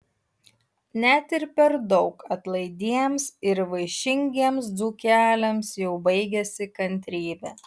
net ir per daug atlaidiems ir vaišingiems dzūkeliams jau baigiasi kantrybė